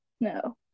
No